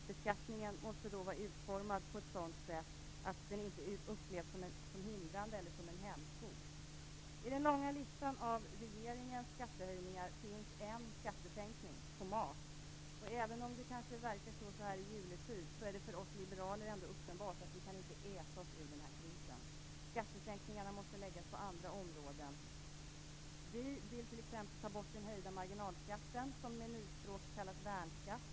Beskattningen måste vara utformad på ett sådant sätt att den inte upplevs som en hämsko. På den långa listan över regeringens skattehöjningar finns en skattesänkning - på mat. Även om det kan verka så i juletid, är det för oss liberaler ändå uppenbart att vi inte kan äta oss ur den här krisen. Skattesänkningarna måste läggas på andra områden. Vi vill t.ex. ta bort den höjda marginalskatten som med nyspråk kallas värnskatt.